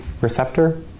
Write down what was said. receptor